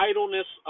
Idleness